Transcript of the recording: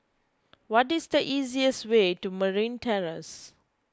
what is the easiest way to Marine Terrace